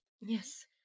Yes